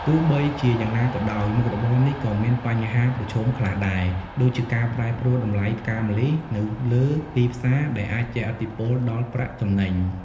ទោះបីជាយ៉ាងណាក៏ដោយ មុខរបរនេះក៏មានបញ្ហាប្រឈមខ្លះដែរ ដូចជាការប្រែប្រួលតម្លៃផ្កាម្លិះនៅលើទីផ្សាដែលរអាចជះឥទ្ធិពលដល់ប្រាក់ចំណេញ។